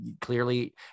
clearly